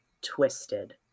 twisted